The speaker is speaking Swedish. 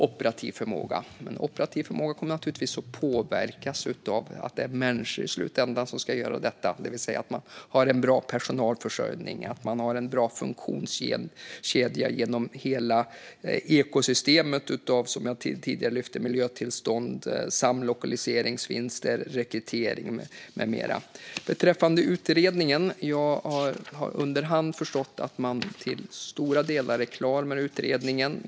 Den operativa förmågan kommer naturligtvis att påverkas av att det i slutändan är människor som ska göra detta, så man bör ha en bra personalförsörjning och en bra funktionskedja genom hela "ekosystemet" som jag tidigare lyfte med miljötillstånd, samlokaliseringsvinster, rekrytering med mera. Beträffande utredningen har jag under hand förstått att man till stora delar är klar med den.